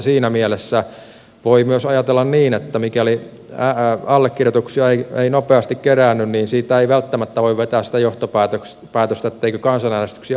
siinä mielessä voi myös ajatella niin että mikäli allekirjoituksia ei nopeasti keräänny niin siitä ei välttämättä voi vetää sitä johtopäätöstä etteikö kansanäänestyksiä haluttaisi